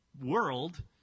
world